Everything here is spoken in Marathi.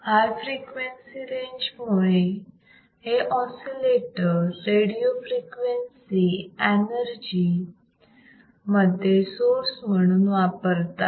हायर फ्रिक्वेन्सी रेंज मुळे हे ऑसिलेटर रेडिओ फ्रिक्वेन्सी एनर्जी मध्ये सोर्स म्हणून वापरतात